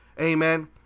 amen